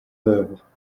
d’œuvre